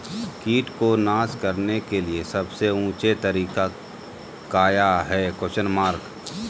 किट को नास करने के लिए सबसे ऊंचे तरीका काया है?